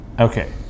Okay